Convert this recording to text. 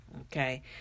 okay